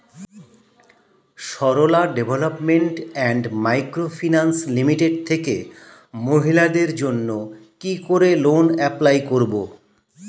Sarala development and micro finance limited থেকে মহিলাদের জন্য কি করে লোন এপ্লাই করব?